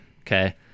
Okay